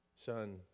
Son